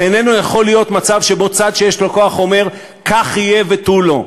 זה איננו יכול להיות מצב שבו צד שיש לו כוח אומר: כך יהיה ותו לא.